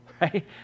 right